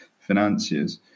financiers